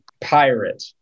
Pirate